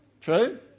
True